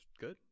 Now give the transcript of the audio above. good